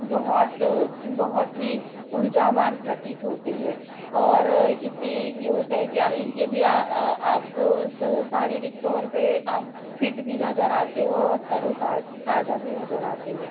बहुत बहुत ही ऊर्जावान प्रतीत होते हैं और इससे यह होता है कि यदि आपको सारीरिक तौर पर आप फ़िट भी नज़र आते हो और तरो ताज़ा भी नज़र आते हैं